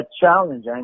challenge